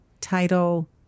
title